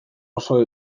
oso